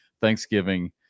Thanksgiving